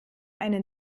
einen